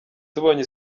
tubonye